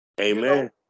Amen